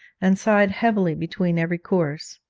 and sighed heavily between every course.